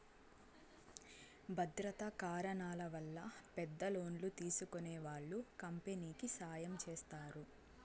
భద్రతా కారణాల వల్ల పెద్ద లోన్లు తీసుకునే వాళ్ళు కంపెనీకి సాయం చేస్తారు